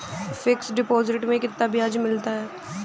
Fix deposit में कितना ब्याज मिलता है?